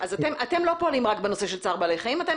אתם לא פועלים רק בנושא צער בעלי חיים אלא אתם